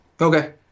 Okay